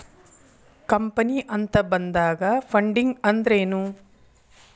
Company ಅಂತ ಬಂದಾಗ funding ಅಂದ್ರೆನು?